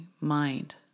mind